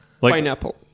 Pineapple